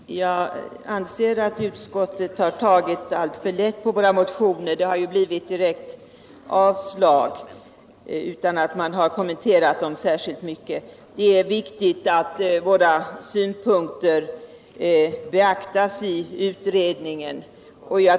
Herr talman! Jag anser att utskottet har tagit alltför lätt på våra motioner — utskottet har avstyrkt dem utan att kommentera dem särskilt mycket. Det är viktigt att våra synpunkter beaktas i utredningen.